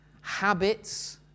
habits